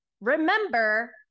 remember